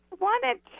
wanted